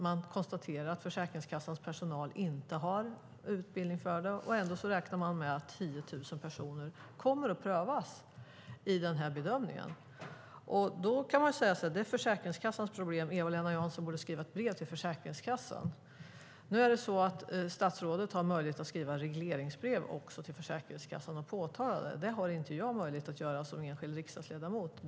Man konstaterar att Försäkringskassans personal inte har utbildning för det, och ändå räknar man med att 10 000 personer kommer att prövas i bedömningen. Man kan förstås säga att det är Försäkringskassans problem och att Eva-Lena Jansson borde skriva ett brev till Försäkringskassan. Nu har ju statsrådet möjlighet att skriva regleringsbrev för Försäkringskassan och påtala detta. Den möjligheten har jag som enskild riksdagsledamot inte.